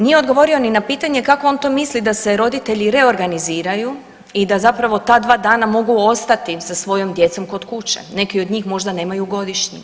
Nije odgovorio ni na pitanje kako on to misli da se roditelji reorganiziraju i da zapravo ta dva dana mogu ostati sa svojom djecom kod kuće, neki od njih možda nemaju godišnji.